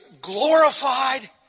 glorified